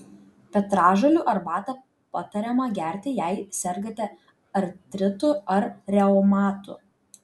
petražolių arbatą patariama gerti jei sergate artritu ar reumatu